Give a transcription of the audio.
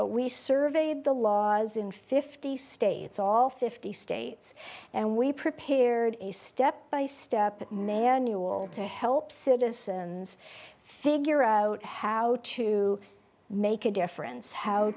but we surveyed the laws in fifty states all fifty states and we prepared a step by step manual to help citizens figure out how to make a difference how